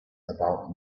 about